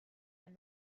and